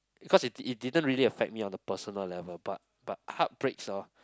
because it it didn't really affect me on the personal level but but heartbreaks orh